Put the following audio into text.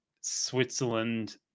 Switzerland